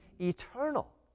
eternal